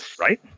right